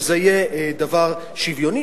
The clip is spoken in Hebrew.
שזה יהיה דבר שוויוני,